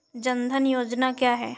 जनधन योजना क्या है?